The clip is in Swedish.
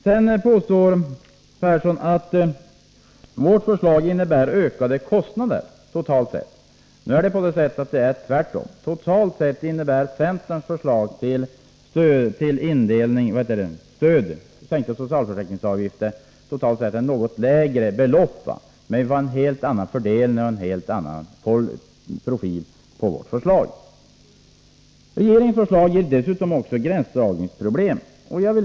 Sedan påstår Gustav Persson att vårt förslag innebär ökade kostnader totalt sett. Det är ju tvärtom. Totalt medför centerns förslag till en sänkning av socialförsäkringsavgifterna ett något lägre belopp, men innebär en helt annan fördelning och profil. Regeringens förslag leder dessutom till gränsdragningsproblem.